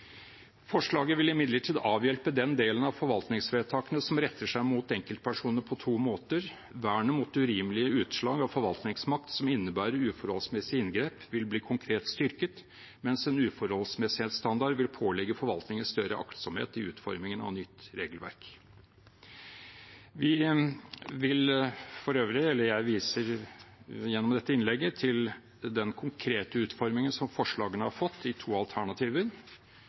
Forslaget vil imidlertid avhjelpe den delen av forvaltningsvedtakene som retter seg mot enkeltpersoner på to måter: Vernet mot urimelige utslag av forvaltningsmakt som innebærer uforholdsmessige inngrep, vil bli konkret styrket, mens en uforholdsmessighetsstandard vil pålegge forvaltningen større aktsomhet i utformingen av nytt regelverk. Jeg viser til den konkrete utformingen som forslagene har fått i to alternativer,